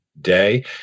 day